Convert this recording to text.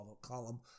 column